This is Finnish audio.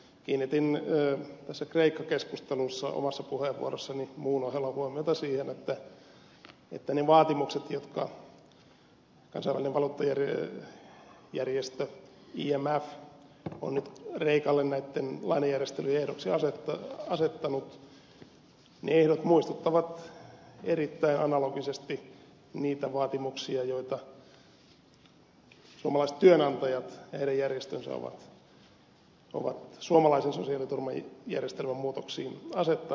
kiinnitin tässä kreikka keskustelussa omassa puheenvuorossani muun ohella huomiota siihen että ne vaatimukset jotka kansainvälinen valuuttarahasto imf on kreikalle näitten lainajärjestelyjen ehdoksi asettanut muistuttavat erittäin analogisesti niitä vaatimuksia joita suomalaiset työnantajat ja heidän järjestönsä ovat suomalaisen sosiaaliturvajärjestelmän muutoksiin asettaneet